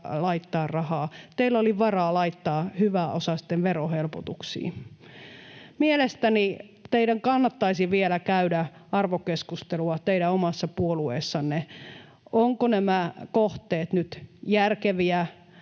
laittaa rahaa. Teillä oli varaa laittaa hyväosaisten verohelpotuksiin. Mielestäni teidän kannattaisi vielä käydä arvokeskustelua teidän omassa puolueessanne: ovatko nämä kohteet nyt järkeviä,